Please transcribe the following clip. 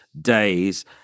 days